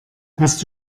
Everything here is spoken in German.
hast